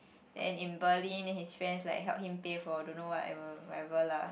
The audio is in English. and in Berlin his friends like help him pay for don't know what whatever lah